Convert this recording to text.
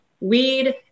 weed